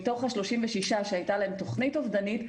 מתוך ה-36 שהייתה להם תוכנית אובדנית,